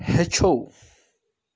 ہیٚچھو